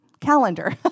calendar